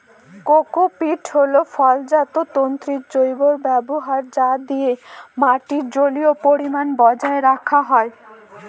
cocopeat হল ফলজাত তন্তুর জৈব ব্যবহার যা দিয়ে মাটির জলীয় পরিমান বজায় রাখা যায়